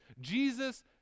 Jesus